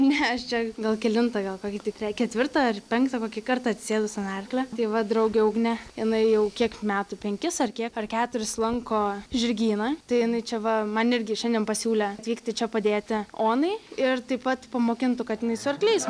ne aš čia gal kelintą gal kokį tre ketvirtą ar penktą kokį kartą atsisėdus ant arklio tai va draugė ugnė jinai jau kiek metų penkis ar kiek ar keturis lanko žirgyną tai jinai čia va man irgi šiandien pasiūlė atvykti čia padėti onai ir taip pat pamokintų kad jinai su arkliais